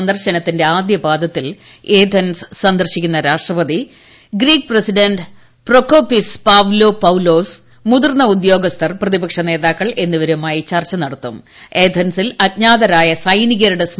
സന്ദർശനത്തിന്റെ ആദ്യപാദത്തിൽ ഏദൻസ് സന്ദർശിക്കുന്ന രാഷ്ട്രപതി Greek president Prokopis Pavlopoulos മുതിർന്ന ഉദ്യോഗസ്ഥർ ്രപ്പതിപക്ഷ നേതാക്കൾ എന്നിവരുമായി ഏദ്ദൻസിൽ അജ്ഞാതരായ സൈനികരുടെ ചർച്ച നടത്തും